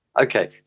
Okay